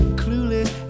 clueless